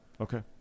Okay